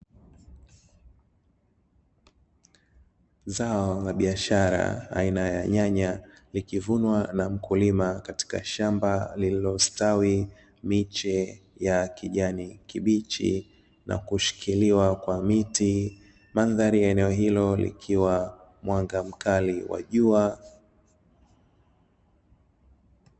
Zao la biashara, aina ya nyanya, likivunwa na mkulima katika shamba lililostawi, miche ya kijani kibichi, na kushikiliwa kwa miti, mandhari ya eneo hilo, likiwa na mwanga mkali wa jua.